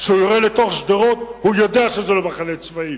כשהוא יורה אל תוך שדרות הוא יודע שזה לא מחנה צבאי.